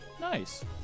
Nice